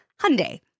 Hyundai